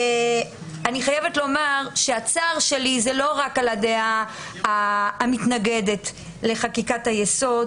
אני חייבת לומר שהצער שלי הוא לא רק על הדעה המתנגדת לחקיקת היסוד,